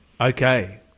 Okay